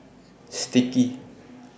Sticky